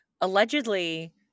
allegedly